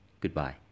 goodbye